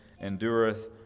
endureth